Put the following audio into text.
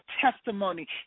testimony